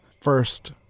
first